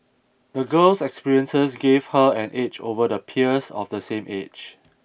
the girl's experiences give her an edge over the peers of the same age